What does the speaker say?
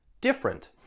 different